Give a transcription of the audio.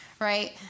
right